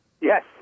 Yes